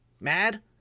mad